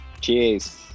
Cheers